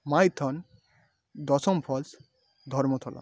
Maithon Dassam falls Dharmatala